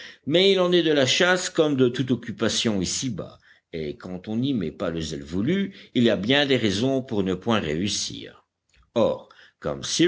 mais il en est de la chasse comme de toute occupation ici-bas et quand on n'y met pas le zèle voulu il y a bien des raisons pour ne point réussir or comme